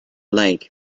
lake